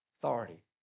authority